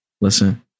listen